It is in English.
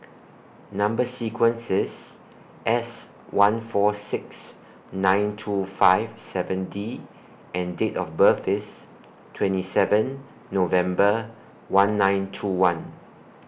Number sequence IS S one four six nine two five seven D and Date of birth IS twenty seven November one nine two one